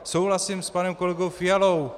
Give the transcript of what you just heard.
Souhlasím s panem kolegou Fialou.